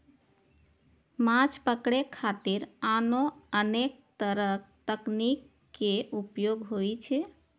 माछ पकड़े खातिर आनो अनेक तरक तकनीक के उपयोग होइ छै